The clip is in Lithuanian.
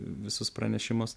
visus pranešimus